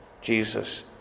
Jesus